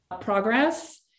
progress